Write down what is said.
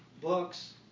books